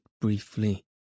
briefly